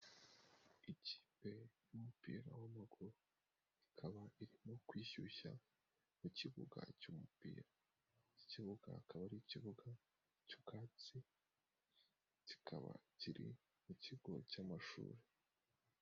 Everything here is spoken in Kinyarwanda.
Ikipe y'umupira w'amaguru ikaba irimo kwishyushya mu kibuga cy'umupira. Ikibuga akaba ari ikibuga cy'ubwatsi, kikaba kiri mu kigo cy'amashuri.